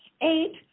eight